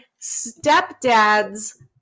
stepdad's